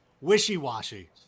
wishy-washy